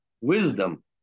wisdom